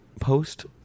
post